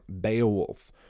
Beowulf